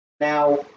Now